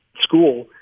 school